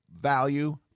value